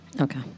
Okay